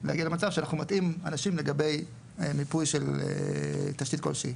להגיע למצב שאנחנו מטעים אנשים לגבי מיפוי של תשתית כלשהי.